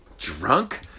drunk